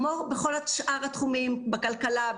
כמו בכל שאר התחומים כלכלה,